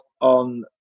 on